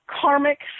karmic